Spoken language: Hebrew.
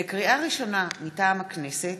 לקריאה ראשונה, מטעם הכנסת: